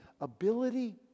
ability